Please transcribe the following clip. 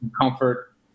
comfort